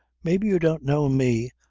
maybe you don't know me,